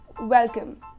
welcome